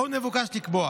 עוד מבוקש לקבוע